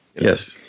Yes